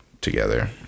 together